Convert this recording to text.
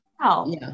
wow